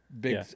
big